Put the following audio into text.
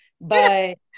but-